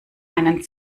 einen